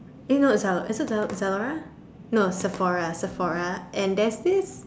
eh not Zalo~ is it Zalo~ Zalora no Sephora Sephora and there's this